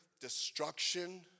destruction